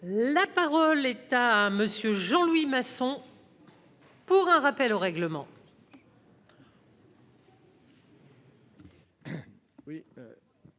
La parole est à M. Jean Louis Masson, pour un rappel au règlement.